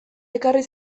ekarri